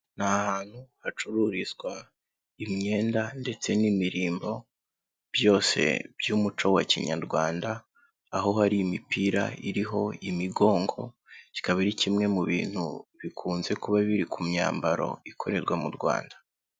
Ni ahantu hacururizwa imyenda ndetse n'imirimbo, byose by'umuco wa kinyarwanda, aho hari imipira iriho imigongo, kikaba ari kimwe mu bintu bikunze kuba biri ku myambaro ikorerwa mu Rwanda.